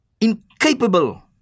incapable